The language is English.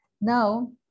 now